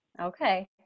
Okay